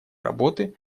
работы